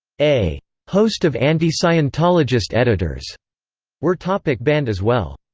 a host of anti-scientologist editors were topic-banned as well.